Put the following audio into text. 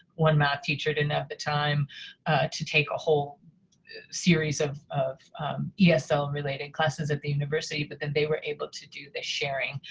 one math teacher didn't have the time to take a whole series of of yeah so esl-related classes at the university, but then they were able to do the sharing.